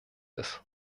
ist